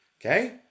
Okay